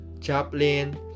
Chaplin